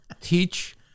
teach